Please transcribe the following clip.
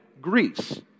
Greece